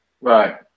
Right